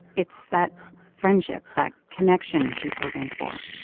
it's that friendship, that connection she's hoping for